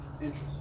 interest